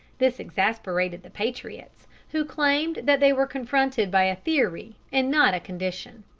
this exasperated the patriots, who claimed that they were confronted by a theory and not a condition.